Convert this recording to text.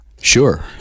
Sure